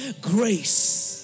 Grace